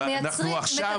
אנחנו עכשיו --- מייצרים,